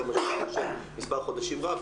אם זה יימשך מספר חודשים רב,